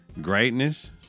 Greatness